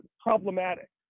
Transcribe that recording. problematic